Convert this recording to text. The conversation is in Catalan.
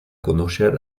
conèixer